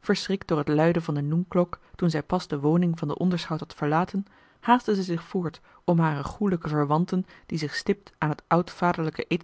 verschrikt door het luiden van de noenklok toen zij pas de woning van den onderschout had verlaten haastte zij zich voort om hare goêlijke verwanten die zich stipt aan het